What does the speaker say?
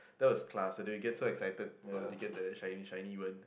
that was class and then we get so excited for we get the shiny shiny one